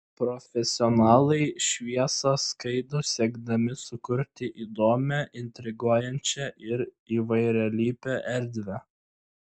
profesionalai šviesą skaido siekdami sukurti įdomią intriguojančią ir įvairialypę erdvę